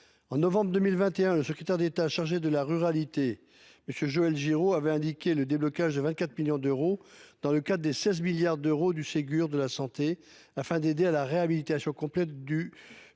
En novembre 2021, le secrétaire d'État chargé de la ruralité, M. Joël Giraud, a annoncé le déblocage d'une somme de 24 millions d'euros sur les 16 milliards d'euros du Ségur de la santé, afin d'aider à la réhabilitation complète du